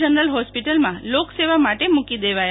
general hospital માં લોક સેવા માટે મૂકી દેવાથા છે